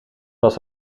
was